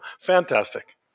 Fantastic